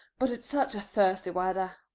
but it's such thirsty weather.